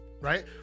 right